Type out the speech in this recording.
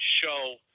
show